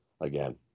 again